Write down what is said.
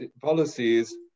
policies